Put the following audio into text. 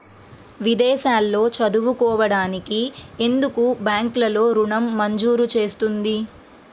విదేశాల్లో చదువుకోవడానికి ఎందుకు బ్యాంక్లలో ఋణం మంజూరు చేస్తుంది?